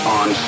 on